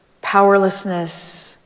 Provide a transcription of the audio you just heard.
powerlessness